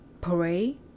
pray